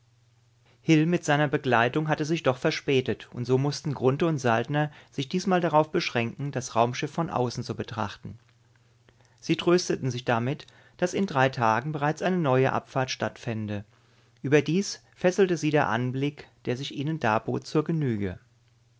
mit seiner begleitung hatte sich doch verspätet und so mußten grunthe und saltner sich diesmal darauf beschränken das raumschiff von außen zu betrachten sie trösteten sich damit daß in drei tagen bereits eine neue abfahrt stattfände überdies fesselte sie der anblick der sich ihnen darbot zur genüge